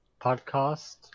podcast